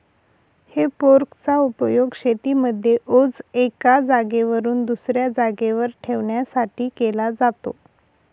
हे फोर्क चा उपयोग शेतीमध्ये ओझ एका जागेवरून दुसऱ्या जागेवर ठेवण्यासाठी केला जातो